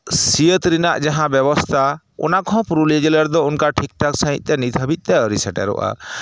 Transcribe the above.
ᱥᱤᱭᱟᱹᱛ ᱨᱮᱱᱟᱜ ᱡᱟᱦᱟᱸ ᱵᱮᱵᱚᱥᱛᱷᱟ ᱚᱱᱟ ᱠᱚᱦᱚᱸ ᱯᱩᱨᱩᱞᱤᱭᱟᱹ ᱡᱮᱞᱟ ᱨᱮᱫᱚ ᱚᱱᱠᱟ ᱴᱷᱤᱠ ᱴᱷᱟᱠ ᱥᱟᱺᱦᱤᱡ ᱛᱮ ᱱᱤᱛ ᱦᱟᱹᱵᱤᱡ ᱛᱮ ᱟᱹᱣᱨᱤ ᱥᱮᱴᱮᱨᱚᱜᱼᱟ